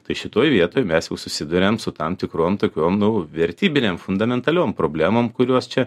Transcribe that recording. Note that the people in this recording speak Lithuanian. tai šitoj vietoj mes jau susiduriam su tam tikrom tokiom nu vertybinėm fundamentaliom problemom kurios čia